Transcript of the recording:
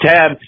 Tab